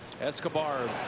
Escobar